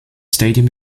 stadium